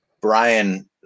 Brian